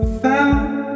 found